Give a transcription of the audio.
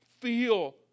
feel